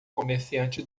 comerciante